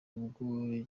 ubwo